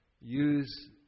use